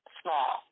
small